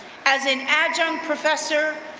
as an adjunct professor,